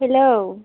hello